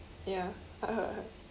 ya